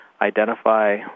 identify